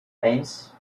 eins